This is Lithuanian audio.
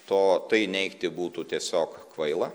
to tai neigti būtų tiesiog kvaila